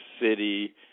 City